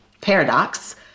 Paradox